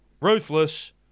Ruthless